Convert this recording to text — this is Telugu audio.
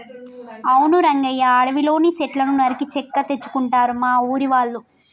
అవును రంగయ్య అడవిలోని సెట్లను నరికి చెక్క తెచ్చుకుంటారు మా ఊరి వాళ్ళు